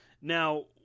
Now